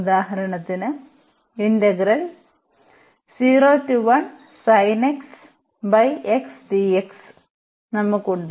ഉദാഹരണത്തിന് നമുക്ക് ഉണ്ട്